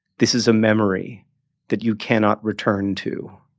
this is a memory that you cannot return to.